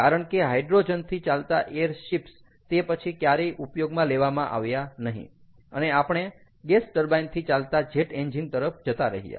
કારણ કે હાઈડ્રોજનથી ચાલતા એર શિપ્સ તે પછી ક્યારેય ઉપયોગમાં લેવામાં આવ્યા નહીં અને આપણે ગેસ ટર્બાઇન થી ચાલતા જેટ એન્જિન તરફ જતા રહ્યા